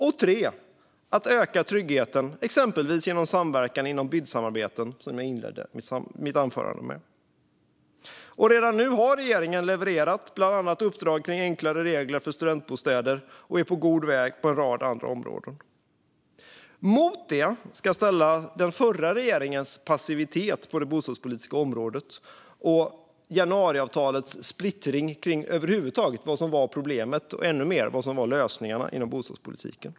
Det tredje är att öka tryggheten genom exempelvis samverkan inom BID-samarbeten, som jag inledde mitt anförande med. Redan nu har regeringen levererat bland annat uppdrag kring enklare regler för studentbostäder och är på god väg inom en rad andra områden. Mot det ska ställas den förra regeringens passivitet på det bostadspolitiska området och januariavtalets splittring kring vad som över huvud taget var problemet och ännu mer vad som var lösningarna inom bostadspolitiken.